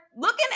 looking